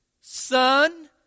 son